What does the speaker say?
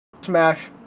Smash